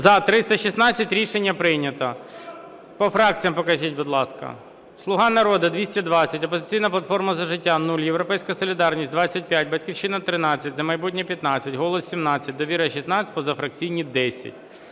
За-316 Рішення прийнято. По фракціям покажіть, будь ласка. "Слуга народу" – 220, "Опозиційна платформа – За життя" – 0, "Європейська солідарність" – 25, "Батьківщина" – 13, "За майбутнє" – 15, "Голос" – 17, "Довіра" – 16, позафракційні – 10.